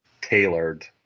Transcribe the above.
tailored